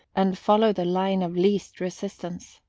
and follow the line of least resistance.